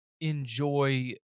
enjoy